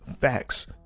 facts